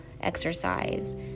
exercise